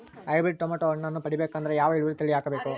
Hybrid tomato ಹಣ್ಣನ್ನ ಪಡಿಬೇಕಂದರ ಯಾವ ಇಳುವರಿ ತಳಿ ಹಾಕಬೇಕು?